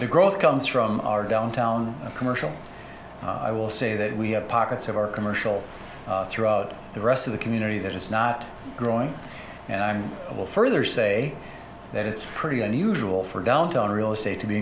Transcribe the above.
to growth comes from our downtown commercial i will say that we have pockets of our commercial throughout the rest of the community that is not growing and i will further say that it's pretty unusual for downtown real estate to be